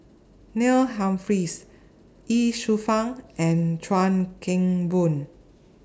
Neil Humphreys Ye Shufang and Chuan Keng Boon